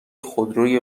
خودروی